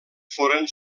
foren